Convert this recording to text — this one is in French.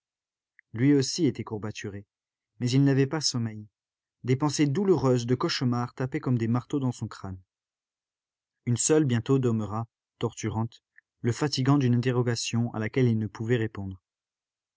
lui aussi était courbaturé mais il n'avait pas sommeil des pensées douloureuses de cauchemar tapaient comme des marteaux dans son crâne une seule bientôt demeura torturante le fatiguant d'une interrogation à laquelle il ne pouvait répondre